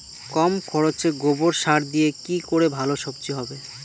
কম খরচে গোবর সার দিয়ে কি করে ভালো সবজি হবে?